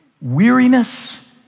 weariness